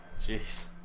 Jeez